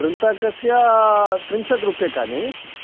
वृन्ताकस्य त्रिंशत् रूप्यकाणि